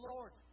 Lord